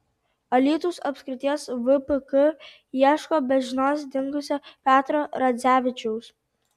alytaus apskrities vpk ieško be žinios dingusio petro radzevičiaus